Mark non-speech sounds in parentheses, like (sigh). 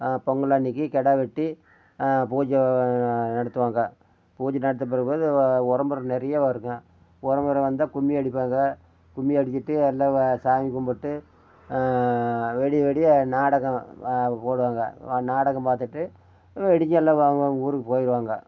பொங்கல் அன்னைக்கு கிடா வெட்டி பூஜை நடத்துவாங்க பூஜை நடத்த (unintelligible) போது உறமொற நிறையா வருங்க உறமொற வந்தால் கும்மி அடிப்பாங்க கும்மி அடிச்சிட்டு எல்லாம் சாமி கும்பிட்டு விடிய விடிய நாடகம் போடுவாங்க நாடகம் பார்த்துட்டு விடிஞ்சு எல்லாம் அவங்கவுங்க ஊருக்கு போய்டுவாங்க